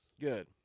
Good